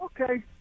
okay